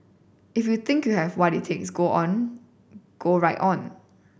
if you think you have what it takes go on go right on